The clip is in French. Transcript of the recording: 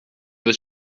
veux